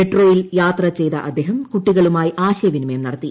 മെട്രോയിൽ യാത്ര ചെയ്ത അദ്ദേഹം കുട്ടികളുമായി ആശയവിനിമയം നടത്തി